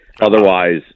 Otherwise